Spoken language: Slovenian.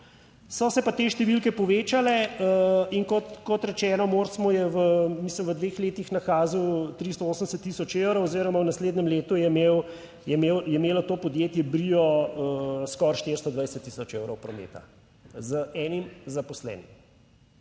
so se pa te številke povečale in kot rečeno, MORS mu je v, mislim v 2 letih, nakazal 380 tisoč evrov oziroma v naslednjem letu je imelo to podjetje Brio skoraj 420 tisoč evrov prometa, z enim zaposlenim,